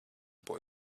boy